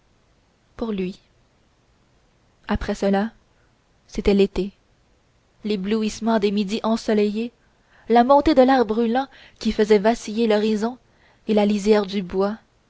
pour lui après cela c'était l'été l'éblouissement des midis ensoleillés la montée de l'air brûlant qui faisait vaciller l'horizon et la lisière du bois